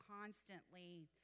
constantly